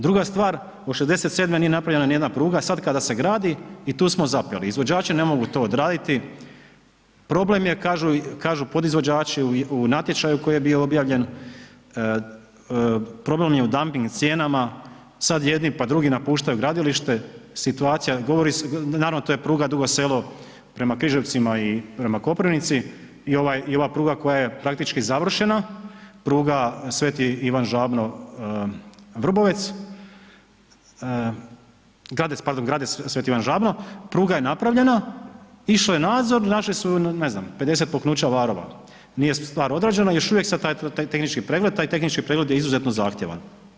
Druga stvar od '67. nije napravljena ni jedna pruga a sad kada se gradi i tu smo zapeli, izvođači ne mogu to odraditi, problem je kažu podizvođači u natječaju koji je bio objavljen problem je u damping cijenama, sad jedni pa drugi napuštaju gradilište, situacija govori, naravno to je pruga Dugo Sele prema Križevcima i prema Koprivnici i ova pruga koja je praktički završena pruga sv. Ivan Žabno-Vrbovec, pardon grade sv. Ivan Žabno, pruga je napravljena, išao je nadzor, našli su ne znam 50 puknuća varova, nije stvar određena još uvijek se taj tehnički pregled, taj tehnički pregled je izuzetno zahtjevan.